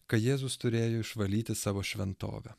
kai jėzus turėjo išvalyti savo šventovę